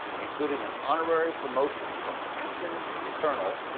including an honorary promotion from captain to colonel,